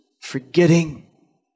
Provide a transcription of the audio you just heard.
Forgetting